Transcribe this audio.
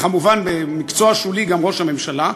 וכמובן במקצוע שולי גם ראש הממשלה,